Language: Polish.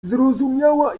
zrozumiała